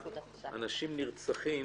אנשים נרצחים